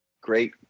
Great